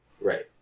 Right